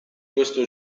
questo